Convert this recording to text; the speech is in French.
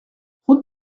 route